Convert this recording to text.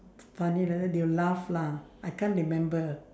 funny like that they'll laugh lah I can't remember